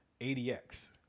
ADX